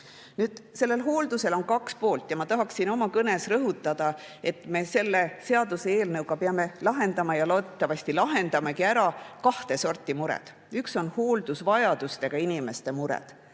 Sellel hooldusel on kaks poolt ja ma tahaksin oma kõnes rõhutada, et selle seaduseelnõuga me peame lahendama ja loodetavasti lahendamegi ära kahte sorti mured. Ühed on hooldusvajadustega inimeste mured: